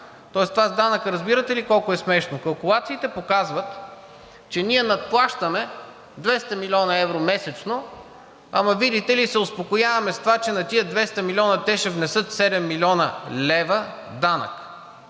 Тоест това с данъка разбирате ли колко е смешно? Калкулациите показват, че ние надплащаме 200 млн. евро месечно, но видите ли, се успокояваме с това, че на тези 200 милиона те ще внесат 7 млн. лв. данък.